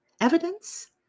Evidence